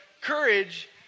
courage